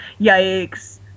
yikes